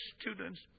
students